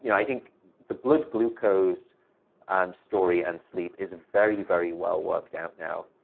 you know i think the blood glucose um story and sleep is very very well-worked out now.